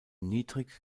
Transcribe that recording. niedrig